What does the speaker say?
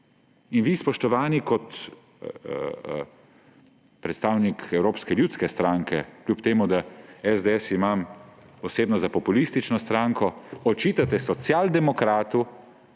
In vi, spoštovani, kot predstavnik Evropske ljudske stranke, čeprav SDS imam osebno za populistično stranko, očitate socialdemokratu,